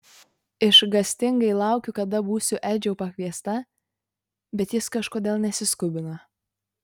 išgąstingai laukiu kada būsiu edžio pakviesta bet jis kažkodėl nesiskubina